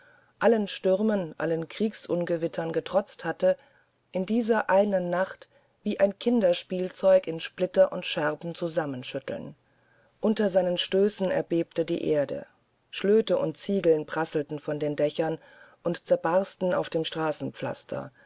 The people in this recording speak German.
allen stürmen allen kriegsungewittern getrotzt hatte in dieser einen nacht wie ein kinderspielzeug in splitter und scherben zusammenschütteln unter seinen stößen erbebte die erde schlöte und ziegel rasselten von den dächern und zerbarsten auf dem